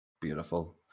beautiful